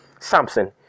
Samson